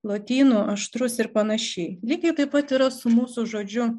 lotynų aštrus ir panašiai lygiai taip pat yra su mūsų žodžiu